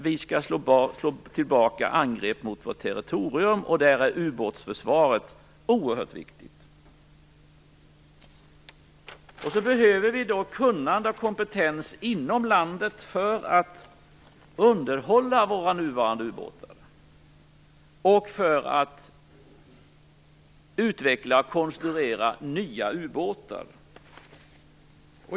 Vi skall slå tillbaka angrepp mot vårt territorium. Där är ubåtsförsvaret oerhört viktigt. Vi behöver då kunnande och kompetens inom landet för att underhålla våra nuvarande ubåtar och för att utveckla och konstruera nya ubåtar.